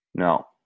No